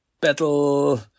Battle